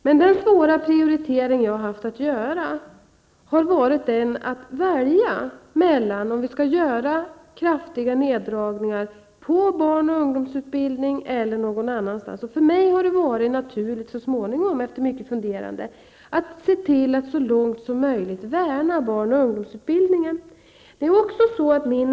Men den svåra prioritering jag har haft att göra har inneburit att jag har fått välja mellan om vi skall göra kraftiga neddragningar på barn och ungdomsutbildningen eller någon annanstans. För mig har det så småningom varit naturligt, efter mycket funderande, att se till att så långt som möjligt värna barn och ungdomsutbildningen.